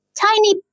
tiny